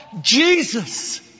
Jesus